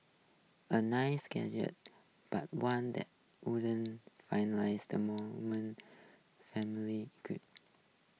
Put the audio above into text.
a nice gesture but one that wouldn't the mourning family's queries